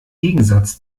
gegensatz